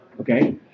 okay